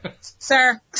sir